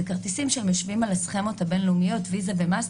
זה יכניס בוודאי עוד שחקנים ויגביר את